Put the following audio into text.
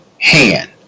hand